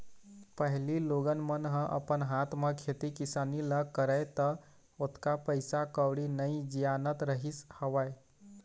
पहिली लोगन मन ह अपन हाथ म खेती किसानी ल करय त ओतका पइसा कउड़ी नइ जियानत रहिस हवय